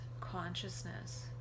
consciousness